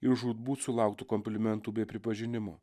ir žūtbūt sulauktų komplimentų bei pripažinimo